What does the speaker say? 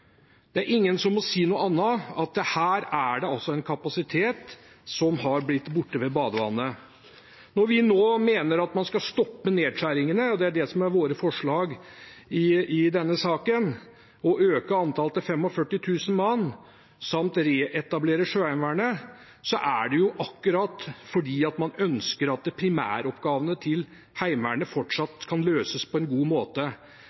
Det er ingen som kan si noe annet enn at her er det en kapasitet som er blitt borte med badevannet. Når vi nå mener at man skal stoppe nedskjæringene – og det er det som er våre forslag i denne saken: å øke antallet til 45 000 mann samt å reetablere Sjøheimevernet – er det nettopp fordi man ønsker at primæroppgavene til Heimevernet fortsatt kan løses på en god måte.